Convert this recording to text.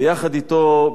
יחד אתו,